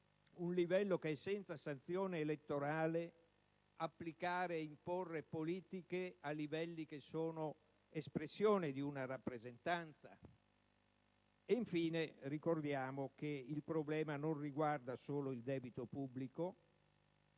un livello che è senza sanzione elettorale applicare e imporre politiche a livelli che sono espressione di una rappresentanza? Infine, ricordiamo che il problema non riguarda solo il debito pubblico.